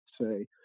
say